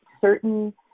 certain